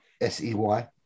S-E-Y